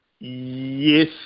Yes